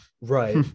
Right